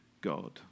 God